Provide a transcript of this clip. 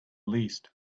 least